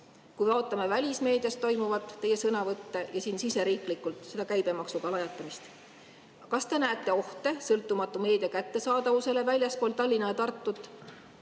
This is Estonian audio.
kui vaatame välismeedias toimuvat, teie sõnavõtte, ja siin siseriiklikult seda käibemaksuga lajatamist? Kas te näete ohte sõltumatu meedia kättesaadavusele väljaspool Tallinna ja Tartut?